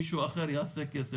מישהו אחר יעשה כסף.